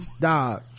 dog